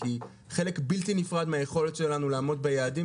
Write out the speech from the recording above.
כי חלק בלתי נפרד מהיכולת שלנו לעמוד ביעדים